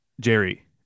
Jerry